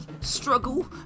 struggle